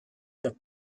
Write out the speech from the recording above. the